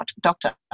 doctor